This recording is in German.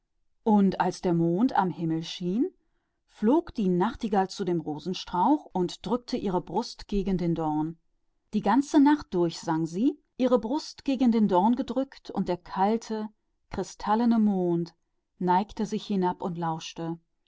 und als der mond in den himmeln schien flog die nachtigall zu dem rosenstrauch und preßte ihre brust gegen den dorn die ganze nacht sang sie die brust gegen den dorn gepreßt und der kalte kristallene mond neigte sich herab und